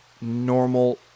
normal